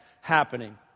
happening